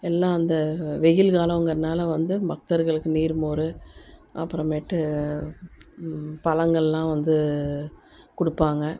எல்லாம் அந்த வெயில் காலங்கிறதுனால வந்து பக்தர்களுக்கு நீர்மோர் அப்புறமேட்டு பழங்களெலாம் வந்து கொடுப்பாங்க